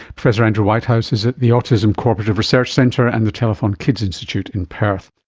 professor andrew whitehouse is at the autism corporative research centre and the telethon kids institute in perth